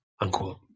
Unquote